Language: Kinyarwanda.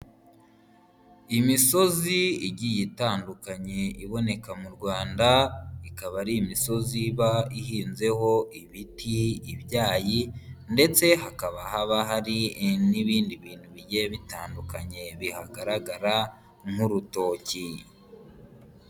Imisozi igiye itandukanye iboneka mu Rwanda, ikaba ari imisozi iba ihinzeho ibiti, ibyayi ndetse hakaba haba hari n'ibindi bintu bigiye bitandukanye bihagaragara nk'urutoki.